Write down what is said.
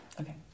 Okay